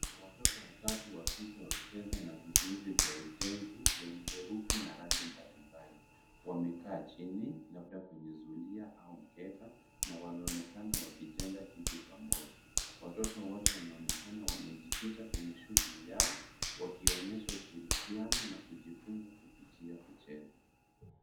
Watoto watatu wa kike wakicheza na vizuizi vya ujenzi venye herufi na rangi mbalimbali, wamekaa chini labda kwenye zulia au mkeka na wanaonekana wakijenga kitu pamoja. Watoto waote wanaonekana wamejikita kwenye shughuli yao wakionyesha ushirikiano na kujifunza kupitia kucheza.